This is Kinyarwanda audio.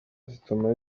zituma